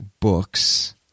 books